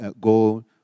Go